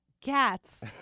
cats